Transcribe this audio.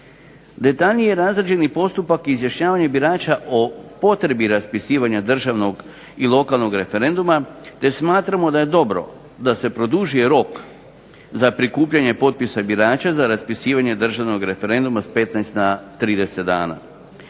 Detaljnije razrađeni postupak izjašnjavanja birača o potrebi raspisivanja državnog i lokalnog referenduma te smatramo da je dobro da se produži rok za prikupljanje potpisa birača za raspisivanje državnog referenduma s 15 na 30 dana.